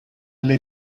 alle